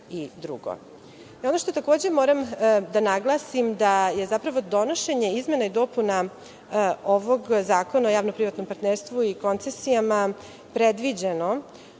drugo. Ono što takođe moram da naglasim da je zapravo donošenje izmena i dopuna Zakona o javno-privatnom partnerstvu i koncesijama predviđeno,